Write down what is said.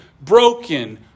broken